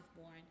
born